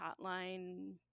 hotline